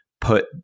put